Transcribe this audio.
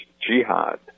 jihad